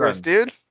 dude